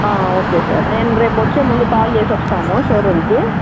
ఆ okay sir నేను రేపు వచ్చే ముందు కాల్ చేసి వస్తాము షోరూంకి